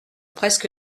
presque